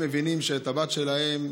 הם מבינים שהבת שלהם,